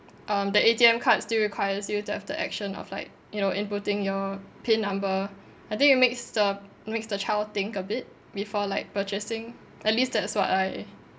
um the A_T_M card still requires you to have the action of like you know inputting your PIN number I think it makes the makes the child think a bit before like purchasing at least that's what I